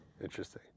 Interesting